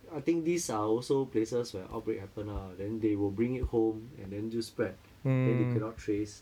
I think these are also places where outbreak happen lah then they will bring it home and then 就 spread then they cannot trace